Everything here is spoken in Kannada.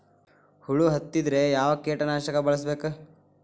ಹುಳು ಹತ್ತಿದ್ರೆ ಯಾವ ಕೇಟನಾಶಕ ಬಳಸಬೇಕ?